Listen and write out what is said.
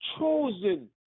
chosen